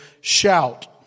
shout